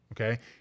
Okay